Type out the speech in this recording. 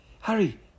Harry